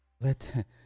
Let